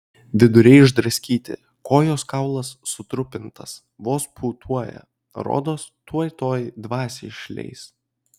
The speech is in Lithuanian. viduriai išdraskyti kojos kaulas sutrupintas vos pūtuoja rodos tuoj tuoj dvasią išleis